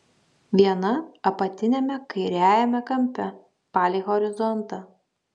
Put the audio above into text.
viena apatiniame kairiajame kampe palei horizontą